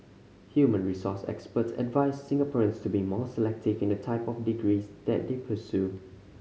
human resource experts advised Singaporeans to be more selective in the type of degrees that they pursue